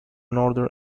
northern